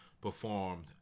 performed